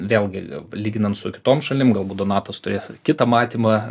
vėlgi lyginant su kitom šalim galbūt donatas turės kitą matymą